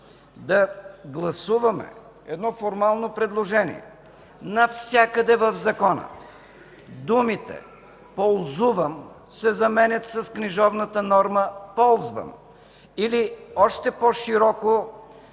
да гласуваме едно формално предложение – навсякъде в Закона думите „ползувам” се заменят с книжовната норма „ползвам”, или още по-широко